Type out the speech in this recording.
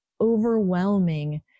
overwhelming